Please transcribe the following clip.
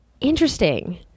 interesting